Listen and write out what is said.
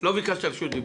לא ביקשת רשות דיבור.